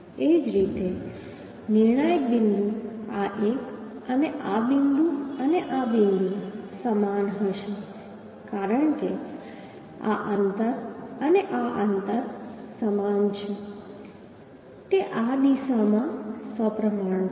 એ જ રીતે નિર્ણાયક બિંદુ આ એક અને આ બિંદુ અને આ બિંદુ સમાન હશે કારણ કે આ અંતર અને આ અંતર સમાન છે તે આ દિશામાં સપ્રમાણ છે